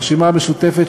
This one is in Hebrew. הרשימה המשותפת,